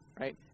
Right